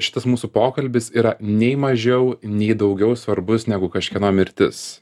šitas mūsų pokalbis yra nei mažiau nei daugiau svarbus negu kažkieno mirtis